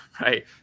right